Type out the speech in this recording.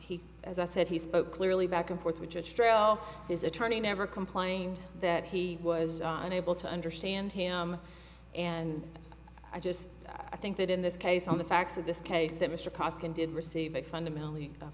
he as i said he spoke clearly back and forth which is trail his attorney never complained that he was unable to understand him and i just i think that in this case on the facts of this case that mr costin did receive a fundamentally